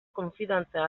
konfidantza